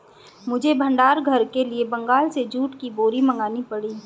मुझे भंडार घर के लिए बंगाल से जूट की बोरी मंगानी पड़ी